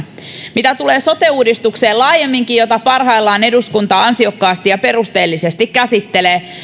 mitä tulee sote uudistukseen laajemminkin jota parhaillaan eduskunta ansiokkaasti ja perusteellisesti käsittelee niin